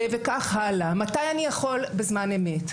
מתי אני יכול בזמן אמת?